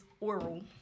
oral